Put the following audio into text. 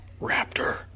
Raptor